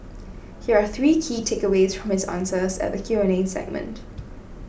here are three key takeaways from his answers at the Q and A segment